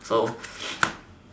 so